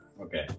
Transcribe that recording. Okay